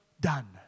done